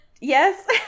Yes